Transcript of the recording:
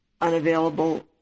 Unavailable